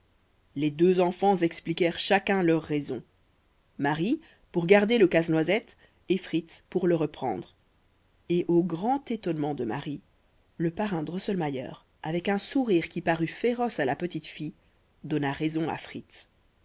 les deux enfants expliquèrent chacun leurs raisons marie pour garder le casse-noisette et fritz pour le reprendre et au grand étonnement de marie le parrain drosselmayer avec un sourire qui parut féroce à la petite fille donna raison à fritz